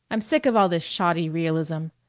i'm sick of all this shoddy realism.